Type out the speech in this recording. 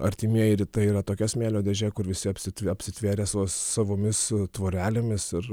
artimieji rytai yra tokia smėlio dėžė kur visi apsit apsitvėrę savomis tvorelėmis ir